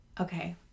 Okay